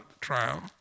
trial